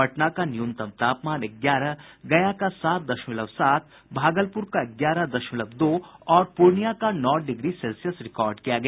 पटना का न्यूनतम तापमान ग्यारह गया का सात दशमलव सात भागलपुर का ग्यारह दशमलव दो और पूर्णिया का नौ डिग्री सेल्सियस रिकार्ड किया गया